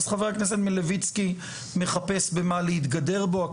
אז חבר הכנסת מילביצקי מחפש במה להתגדר בו,